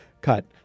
cut